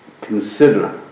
consider